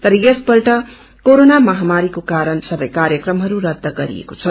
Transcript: तर यस पल्ट कोरोना महामरीको कारण सबै कार्यक्रमहरू रद्ध गरिएको छ